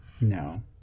No